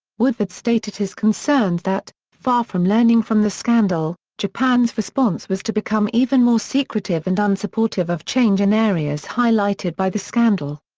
woodford stated his concerns that, far from learning from the scandal, japan's response was to become even more secretive and unsupportive of change in areas highlighted by the scandal.